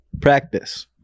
Practice